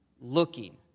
looking